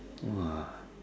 !wah!